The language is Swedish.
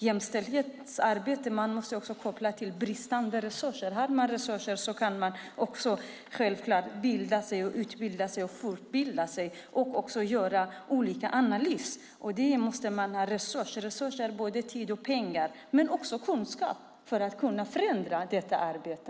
Jämställdhetsarbetet måste också kopplas till de bristande resurserna. Har man resurser kan man bilda sig, utbilda sig och fortbilda sig, och göra olika analyser. Till det måste det finnas resurser i form av både tid och pengar men också i form av kunskap för att kunna förändra när det gäller detta arbete.